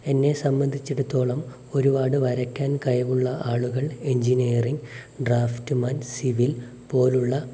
എന്നെ സംബന്ധിച്ചെടുത്തോളം ഒരുപാട് വരയ്ക്കാൻ കഴിവുള്ള ആളുകൾ എൻജിനിയറിംഗ് ഡ്രാഫ്ട്മാൻ സിവിൽ പോലുള്ള